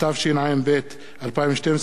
התשע"ב 2012,